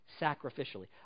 sacrificially